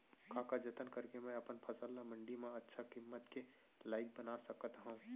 का का जतन करके मैं अपन फसल ला मण्डी मा अच्छा किम्मत के लाइक बना सकत हव?